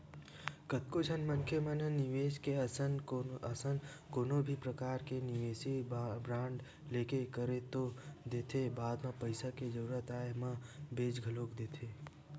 कतको झन मनखे मन निवेस करे असन कोनो भी परकार ले निवेस बांड लेके कर तो देथे बाद म पइसा के जरुरत आय म बेंच घलोक देथे